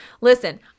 Listen